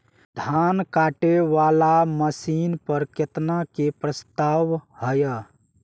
धान काटे वाला मशीन पर केतना के प्रस्ताव हय?